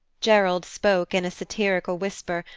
gerald spoke in a satirical whisper,